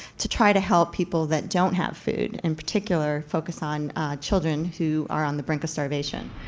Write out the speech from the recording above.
to try to help people that don't have food, and particular focus on children who are on the brink of starvation.